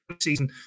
season